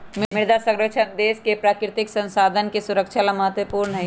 मृदा संरक्षण देश के प्राकृतिक संसाधन के सुरक्षा ला महत्वपूर्ण हई